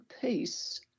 peace